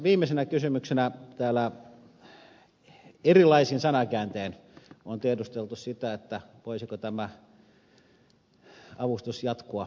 viimeisenä kysymyksenä täällä erilaisin sanakääntein on tiedusteltu sitä voisiko tämä avustus jatkua ensi vuonna